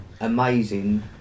amazing